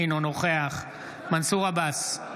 אינו נוכח מנסור עבאס,